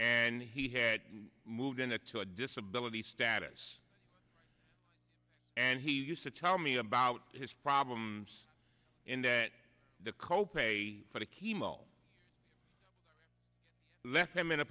and he had moved into to a disability status and he used to tell me about his problems in that the co pay for the chemo left him in a